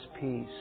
peace